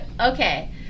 Okay